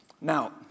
Now